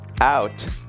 out